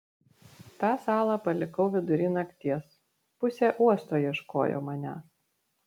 tą salą palikau vidury nakties pusė uosto ieškojo manęs